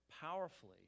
powerfully